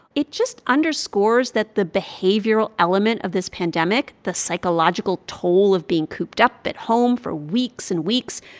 it just underscores that the behavioral element of this pandemic, the psychological toll of being cooped up at home for weeks and weeks,